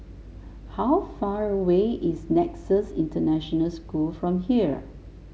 how far away is Nexus International School from here